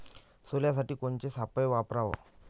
सोल्यासाठी कोनचे सापळे वापराव?